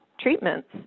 treatments